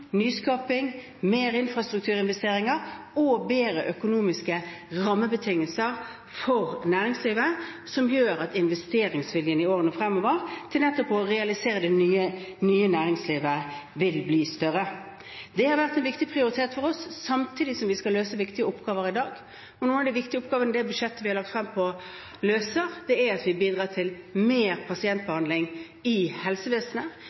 nyskaping, flere infrastrukturinvesteringer og bedre økonomiske rammebetingelser for næringslivet, som gjør at investeringsviljen til nettopp å realisere det nye næringslivet i årene fremover vil bli større. Det har vært en viktig prioritet for oss, samtidig som vi skal løse viktige oppgaver i dag. Noen av de viktige oppgavene det budsjettforslaget vi har lagt frem, løser, er at det bidrar til mer pasientbehandling i helsevesenet,